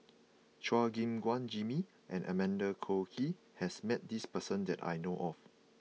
Chua Gim Guan Jimmy and Amanda Koe Lee has met this person that I know of